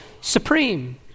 supreme